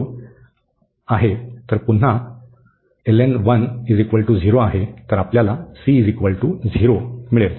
आणि मग हे आहे तर पुन्हा ln आहे तर आपल्याला c 0 मिळेल